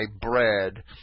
bread